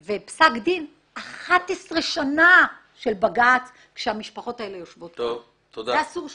שיעברו 11 שנים בבג"ץ, זה אסור שיהיה.